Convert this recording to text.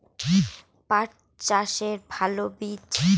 পাঠ চাষের ভালো বীজ?